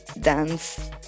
dance